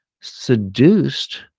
seduced